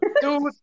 Dude